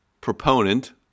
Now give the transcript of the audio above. proponent